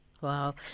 Wow